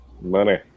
Money